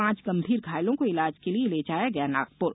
पांच गंभीर घायलों को इलाज के लिए ले जाया गया नागपुर